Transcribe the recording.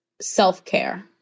self-care